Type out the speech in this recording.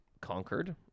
conquered